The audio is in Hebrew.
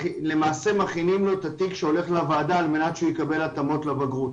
למעשה מכינים לו את התיק שהולך לוועדה על מנת שהוא יקבל התאמות לבגרות.